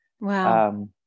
Wow